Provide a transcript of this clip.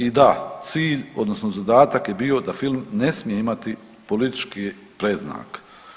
I da, cilj, odnosno zadatak je bio da film ne smije imati politički predznak.